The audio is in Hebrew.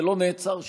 זה לא נעצר שם.